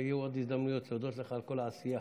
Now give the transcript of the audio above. ויהיו עוד הזדמנויות להודות לך על כל העשייה.